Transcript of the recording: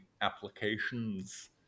applications